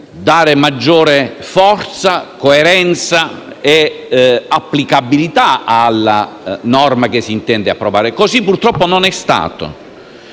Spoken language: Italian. dare maggiore forza, coerenza ed applicabilità alla norma che s'intende approvare. Così purtroppo non è stato